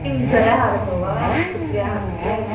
किं ज्वरः आगतो वा पुत्र्याः कृते